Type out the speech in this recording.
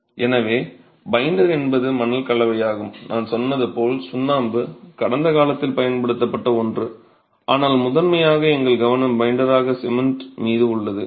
எனவே பைண்டர் என்பது மணல் கலவையாகும் நான் சொன்னது போல் சுண்ணாம்பு கடந்த காலத்தில் பயன்படுத்தப்பட்ட ஒன்று ஆனால் முதன்மையாக எங்கள் கவனம் பைண்டராக சிமெண்ட் மீது உள்ளது